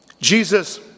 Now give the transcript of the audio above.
Jesus